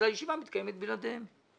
הישיבה מתקיימת בלעדיהם.